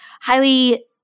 highly